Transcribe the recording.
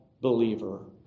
believer